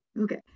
Okay